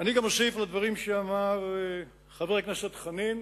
אני גם אוסיף לדברים שאמר חבר הכנסת חנין,